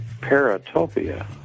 Paratopia